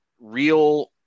real